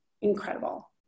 incredible